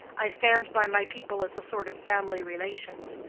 i stand by my people as a sort of family relations,